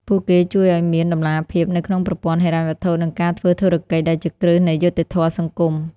ពួកគេជួយឱ្យមាន "តម្លាភាព" នៅក្នុងប្រព័ន្ធហិរញ្ញវត្ថុ និងការធ្វើធុរកិច្ច ដែលជាគ្រឹះនៃយុត្តិធម៌សង្គម។